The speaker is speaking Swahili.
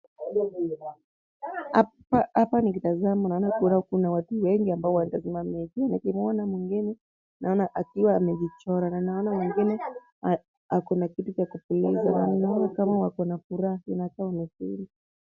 Hapa nikitazama kuna watu wengi ambao wamesimama. Naumuona mwingine naona akiwa amejichora. Naona akona kitu cha kupuliza. Naona kama wakona furaha.